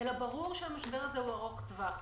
אלא ברור שהמשבר הזה הוא ארוך טווח.